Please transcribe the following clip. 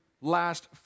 last